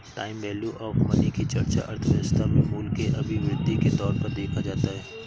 time value of money की चर्चा अर्थव्यवस्था में मूल्य के अभिवृद्धि के तौर पर देखा जाता है